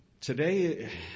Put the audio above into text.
Today